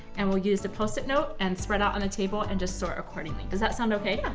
and we'll use the post it note and spread out on the table and just sort accordingly. does that sound okay? yeah.